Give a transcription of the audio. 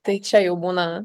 tai čia jau būna